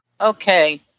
Okay